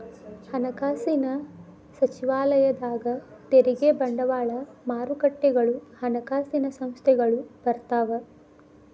ಹಣಕಾಸಿನ ಸಚಿವಾಲಯದಾಗ ತೆರಿಗೆ ಬಂಡವಾಳ ಮಾರುಕಟ್ಟೆಗಳು ಹಣಕಾಸಿನ ಸಂಸ್ಥೆಗಳು ಬರ್ತಾವ